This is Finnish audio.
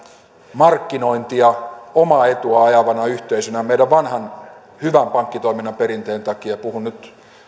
markkinoivana omaa etua ajavana yhteisönä meidän vanhan hyvän pankkitoiminnan perinteen takia puhun nyt